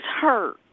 hurt